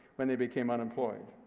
when they became unemployed.